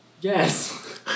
Yes